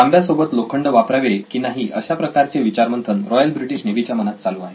तांब्या सोबत लोखंड वापरावे की नाही अशाप्रकारचे विचार मंथन रॉयल ब्रिटिश नेव्ही च्या मनात चालू आहे